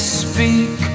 speak